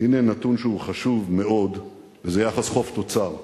הנה נתון שהוא חשוב מאוד, וזה יחס חוב תוצר: